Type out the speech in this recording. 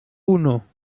uno